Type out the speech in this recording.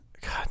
god